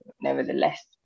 nevertheless